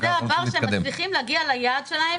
שמצליחים להגיע ליעד שלהם